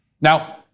Now